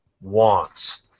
wants